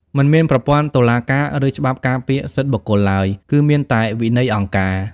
មិនមានប្រព័ន្ធតុលាការ ឬច្បាប់ការពារសិទ្ធិបុគ្គលឡើយ គឺមានតែ «វិន័យអង្គការ»។